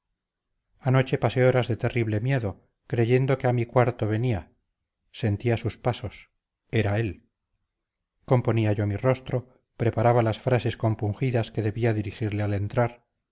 anoche pasé horas de terrible miedo creyendo que a mi cuarto venía sentía sus pasos era él componía yo mi rostro preparaba las frases compungidas que debía dirigirle al entrar